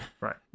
Right